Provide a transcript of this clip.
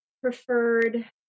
preferred